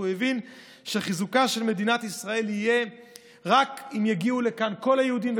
כי הוא הבין שחיזוקה של מדינת ישראל יהיה רק אם יגיעו לכאן כל היהודים,